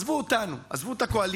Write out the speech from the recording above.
עזבו אותנו, עזבו את הקואליציה,